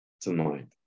tonight